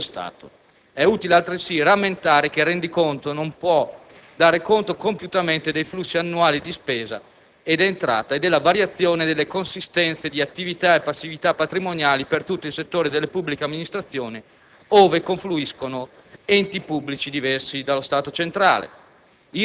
È utile altresì rammentare che il rendiconto non può dare conto compiutamente dei flussi annuali di spesa ed entrata e della variazione delle consistenze di attività e passività patrimoniali per tutto il settore delle pubbliche amministrazioni, ove confluiscono enti pubblici diversi dallo Stato centrale.